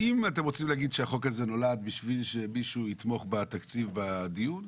אם אתם רוצים להגיד שהחוק הזה נולד בשביל שמישהו יתמוך בתקציב בדיון,